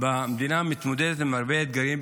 במדינה מתמודדת עם הרבה אתגרים,